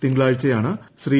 തിങ്കളാഴ്ചയാണ് ശ്രീ